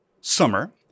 summer